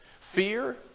Fear